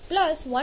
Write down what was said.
91